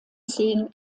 zehn